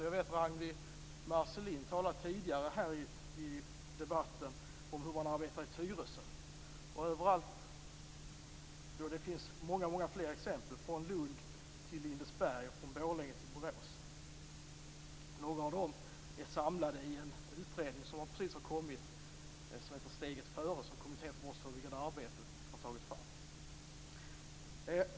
Jag vet att Ragnwi Marcelind tidigare här i debatten talade om hur man arbetar i Tyresö. Överallt finns det många fler exempel, från Lund till Lindesberg och från Borlänge till Borås. Några av dessa är samlade i en utredning som precis har kommit. Den heter Steget före. Det är Kommittén för brottsförebyggande arbete som har tagit fram den.